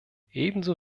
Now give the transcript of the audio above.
ebenso